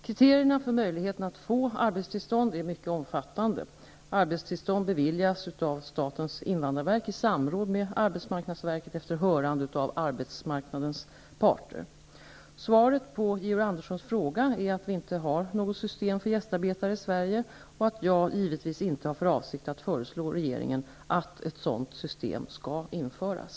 Kriterierna för möjligheten att få arbetstillstånd är mycket omfattande. Arbetstillstånd beviljas av statens invandrarverk i samråd med arbetsmarknadsverket efter hörande av arbetsmarknadens parter. Svaret på Georg Anderssons fråga är att vi inte har något system för gästarbetare i Sverige och att jag givetvis inte har för avsikt att föreslå regeringen att ett sådant system skall införas.